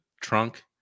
trunk